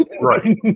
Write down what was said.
right